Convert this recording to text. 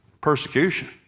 Persecution